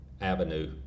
avenue